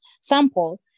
sample